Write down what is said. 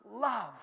love